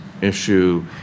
issue